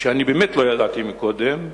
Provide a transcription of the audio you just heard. שאני באמת לא ידעתי קודם.